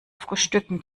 frühstücken